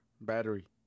battery